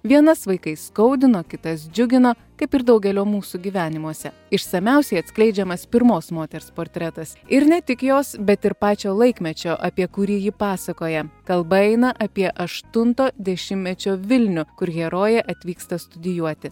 vienas vaikai skaudina kitas džiugina kaip ir daugelio mūsų gyvenimuose išsamiausiai atskleidžiamas pirmos moters portretas ir ne tik jos bet ir pačio laikmečio apie kurį ji pasakoja kalba eina apie aštunto dešimtmečio vilnių kur herojė atvyksta studijuoti